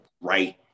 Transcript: right